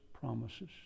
promises